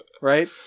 Right